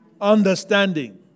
understanding